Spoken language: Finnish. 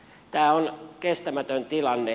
tämä on kestämätön tilanne